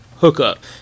hookup